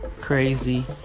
crazy